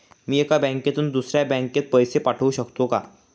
मी एका बँकेतून दुसऱ्या बँकेत पैसे पाठवू शकतो का?